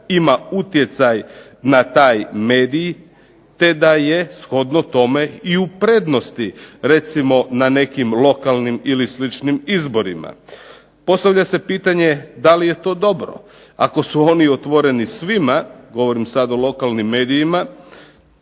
ima utjecaj na taj medij, te da je shodno tome i u prednosti recimo na nekim lokalnim ili sličnim izborima. Postavlja se pitanje da li je to dobro? Ako su oni otvoreni svima, govorim sad o lokalnim medijima